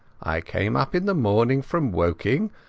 i came up in the morning from woking,